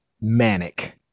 manic